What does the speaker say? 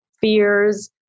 fears